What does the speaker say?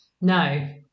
No